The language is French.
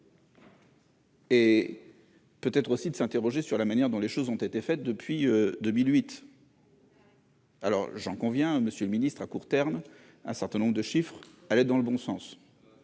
ni peut-être de s'interroger sur la manière dont les choses ont été faites depuis 2008. À court terme, j'en conviens, monsieur le ministre, un certain nombre de chiffres allaient dans le bon sens.